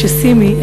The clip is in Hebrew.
כשסימי,